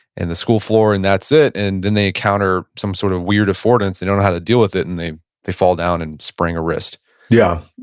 and the school floor, and that's it. and then they encounter some sort of weird affordance, they don't know how to deal with it and they and they fall down and sprain a wrist yeah.